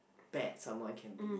bad someone can be